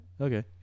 okay